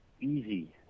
easy